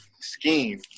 Scheme